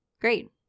great